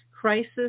crisis